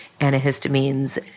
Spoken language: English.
antihistamines